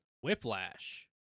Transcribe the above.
Whiplash